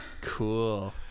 cool